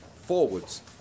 forwards